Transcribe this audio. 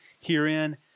herein